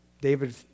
David